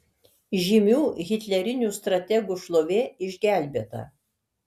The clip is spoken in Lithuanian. žymių hitlerinių strategų šlovė išgelbėta